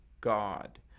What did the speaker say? God